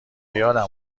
یادم